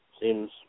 Seems